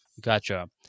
Gotcha